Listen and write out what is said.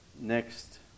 next